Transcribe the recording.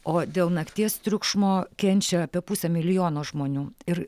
o dėl nakties triukšmo kenčia apie pusę milijono žmonių ir